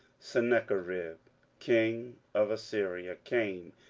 sennacherib king of assyria came,